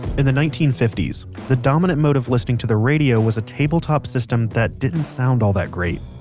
in the nineteen fifty s the dominant mode of listening to the radio was a tabletop system that didn't sound all that great.